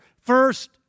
First